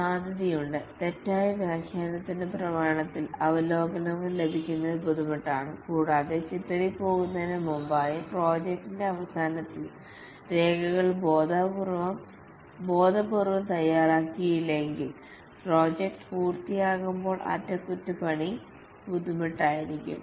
സാധ്യതയുണ്ട് തെറ്റായ വ്യാഖ്യാനത്തിനുള്ളപ്രമാണത്തിൽ അവലോകനങ്ങൾ ലഭിക്കുന്നത് ബുദ്ധിമുട്ടാണ് കൂടാതെ ചിതറിപ്പോകുന്നതിന് മുമ്പായി പ്രോജക്ടിന്റെ അവസാനത്തിൽ രേഖകൾ ബോധപൂർവ്വം തയ്യാറാക്കിയില്ലെങ്കിൽ പ്രോജക്റ്റ് പൂർത്തിയാകുമ്പോൾ അറ്റകുറ്റപ്പണി ബുദ്ധിമുട്ടായിരിക്കും